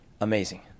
Amazing